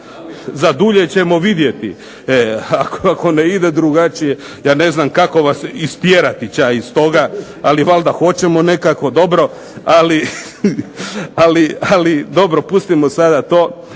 Za dulje ćemo vidjeti, ako ne ide drugačije. Ja ne znam kako vas istjerati ča iz toga. Ali valjda hoćemo nekako, dobro. Ali dobro pustimo sada to.